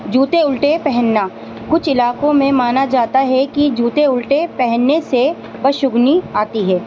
جوتے الٹے پہننا کچھ علاقوں میں مانا جاتا ہے کہ جوتے الٹے پہننے سے بد شگونی آتی ہے